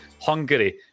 Hungary